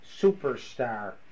superstar